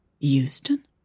Houston